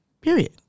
Period